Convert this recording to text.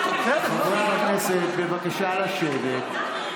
חברי הכנסת, בבקשה לשבת.